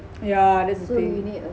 yeah that's the thing